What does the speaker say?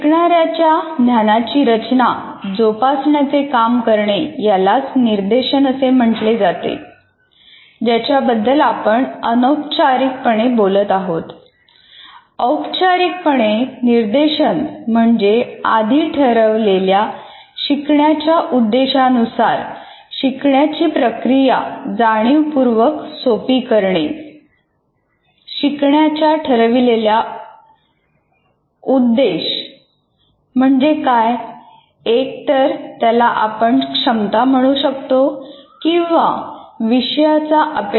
शिकणाऱ्या च्या ज्ञानाची रचना जोपासण्याचे काम करणे यालाच निर्देशन असे म्हटले जाते